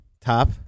top